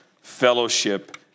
fellowship